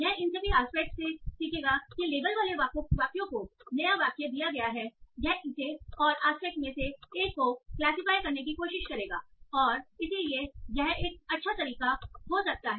यह इन सभी आस्पेक्ट से सीखेगा कि लेबल वाले वाक्यों को एक नया वाक्य दिया गया है यह इसे और आस्पेक्ट में से एक को क्लासिफाइ करने की कोशिश करेगा और इसलिए यह एक अच्छा तरीका हो सकता है